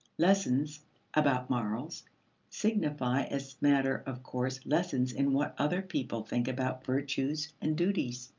lessons about morals signify as matter of course lessons in what other people think about virtues and duties.